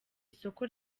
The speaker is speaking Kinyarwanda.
isoko